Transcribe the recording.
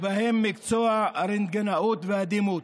ובהם מקצוע הרנטגנאות והדימות.